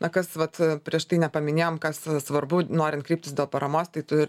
na kas vat prieš tai nepaminėjom kas svarbu norint kreiptis dėl paramos tai tu